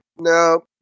no